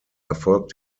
erfolg